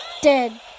Dead